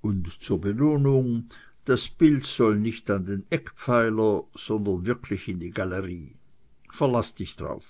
und zur belohnung das bild soll nicht an den eckpfeiler sondern wirklich in die galerie verlaß dich darauf